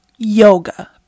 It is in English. yoga